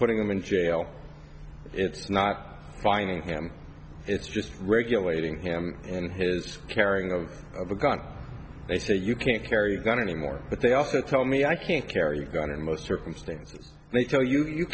putting them in jail it's not finding him it's just regulating him and his caring of of a gun they say you can't carry a gun anymore but they also tell me i can't carry a gun in most circumstances and i tell you you